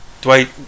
Dwight